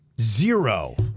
Zero